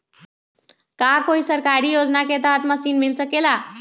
का कोई सरकारी योजना के तहत कोई मशीन मिल सकेला?